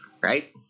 right